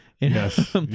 yes